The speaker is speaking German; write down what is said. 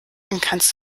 kannst